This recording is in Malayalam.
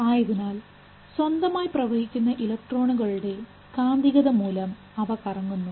ആയതിനാൽ സ്വതന്ത്രമായി പ്രവഹിക്കുന്ന ഇലക്ട്രോണുകളുടെ കാന്തികത മൂലം അവ കറങ്ങുന്നു